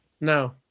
No